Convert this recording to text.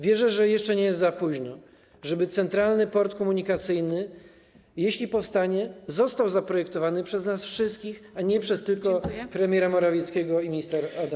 Wierzę, że jeszcze nie jest za późno, żeby Centralny Port Komunikacyjny, jeśli powstanie, został zaprojektowany przez nas wszystkich, a nie tylko przez premiera Morawieckiego i ministra Adamczyka.